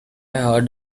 heard